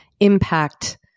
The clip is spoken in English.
impact